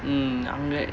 mm amer~